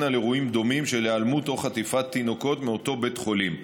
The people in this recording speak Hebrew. על אירועים דומים של היעלמות או חטיפה של תינוקות מאותו בית חולים.